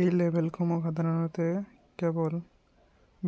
এই লেবেলসমূহ সাধাৰণতে কেৱল